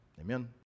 Amen